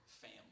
family